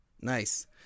nice